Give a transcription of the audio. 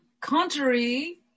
contrary